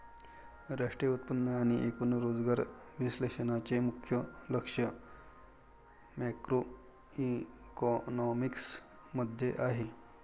राष्ट्रीय उत्पन्न आणि एकूण रोजगार विश्लेषणाचे मुख्य लक्ष मॅक्रोइकॉनॉमिक्स मध्ये आहे